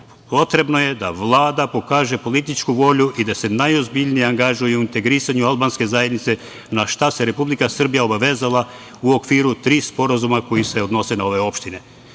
potrebno je da Vlada pokaže političku volju i da se najozbiljnije angažuje u integrisanju albanske zajednice na šta se Republika Srbija obavezala u okviru tri sporazuma koji se odnosi na ove opštine.